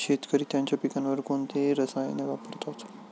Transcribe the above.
शेतकरी त्यांच्या पिकांवर कोणती रसायने वापरतात?